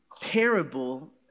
parable